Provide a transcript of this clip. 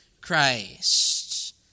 Christ